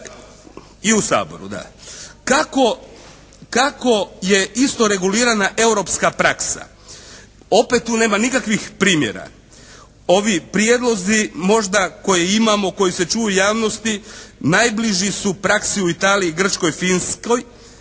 I u Saboru. Da. Kako, kako je isto regulirana europska praksa? Opet tu nema nikakvih primjera. Ovi prijedlozi možda koje imamo, koji se čuju u javnosti najbliži su u praksi u Italiji, Grčkoj, Finskoj